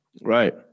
Right